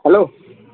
hello